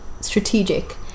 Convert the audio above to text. strategic